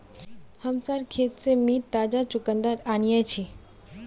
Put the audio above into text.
हमसार खेत से मी ताजा चुकंदर अन्याछि